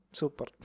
super